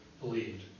believed